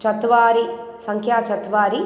चत्वारि सङ्ख्या चत्वारि